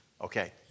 Okay